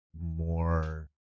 more